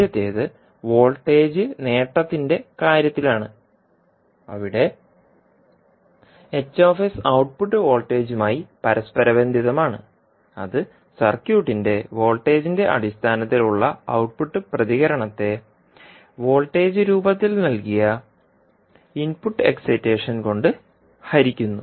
ആദ്യത്തേത് വോൾട്ടേജ് നേട്ടത്തിന്റെ കാര്യത്തിലാണ് അവിടെ ഔട്ട്പുട്ട് വോൾട്ടേജുമായി പരസ്പരബന്ധിതമാണ് അത് സർക്യൂട്ടിന്റെ വോൾട്ടേജിന്റെ അടിസ്ഥാനത്തിൽ ഉളള ഔട്ട്പുട്ട് പ്രതികരണത്തെ വോൾട്ടേജ് രൂപത്തിൽ നൽകിയ ഇൻപുട്ട് എക്സൈറ്റേഷൻ കൊണ്ട് ഹരിക്കുന്നു